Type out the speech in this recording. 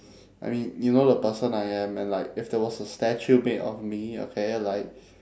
I mean you know the person I am and like if there was a statue made of me okay like